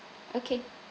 okay